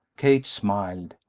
kate smiled.